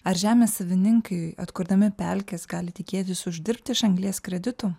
ar žemės savininkai atkurdami pelkes gali tikėtis uždirbti šalies kreditų